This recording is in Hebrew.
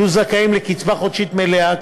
יהיו זכאים לקצבה חודשית מלאה,